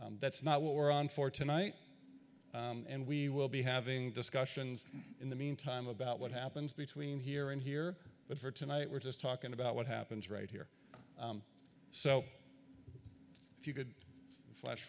that's not what we're on for tonight and we will be having discussions in the meantime about what happens between here and here but for tonight we're just talking about what happens right here so if you could flash